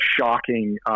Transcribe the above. shocking